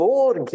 Lord